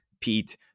pete